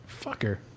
fucker